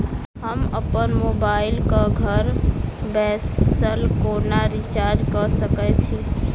हम अप्पन मोबाइल कऽ घर बैसल कोना रिचार्ज कऽ सकय छी?